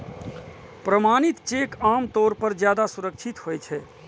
प्रमाणित चेक आम तौर पर ज्यादा सुरक्षित होइ छै